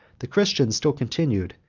the christians still continued,